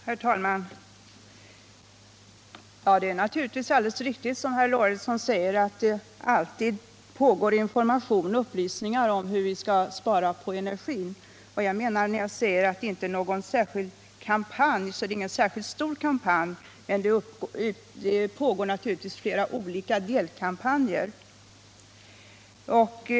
Herr talman! Det är naturligtvis alldeles riktigt som herr Lorentzon påpekar, att det alltid pågår information och upplysning om hur vi skall spara på energin. När jag säger att det inte är någon särskild kampanj, så menar jag att det inte är någon särskilt stor kampanj. Men det pågår givetvis flera olika delkampanjer.